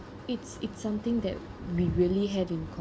it's it's something that we really had in